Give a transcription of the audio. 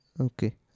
okay